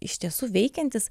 iš tiesų veikiantis